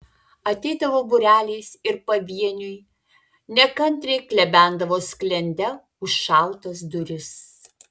ateidavo būreliais ir pavieniui nekantriai klebendavo sklende užšautas duris